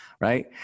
Right